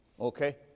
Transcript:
okay